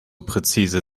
präzise